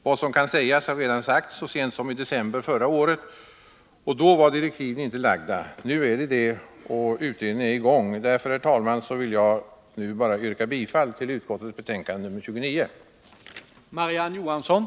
Vad som kan sägas har redan sagts så sent som i december förra året, och då var direktiven inte utfärdade. Nu finns de, och utredningen är i gång. Därför, herr talman, vill jag nu bara yrka bifall till utskottets hemställan i betänkandet nr 29.